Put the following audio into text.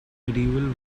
medieval